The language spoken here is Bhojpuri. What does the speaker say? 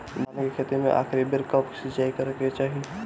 धान के खेती मे आखिरी बेर कब सिचाई करे के चाही?